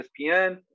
espn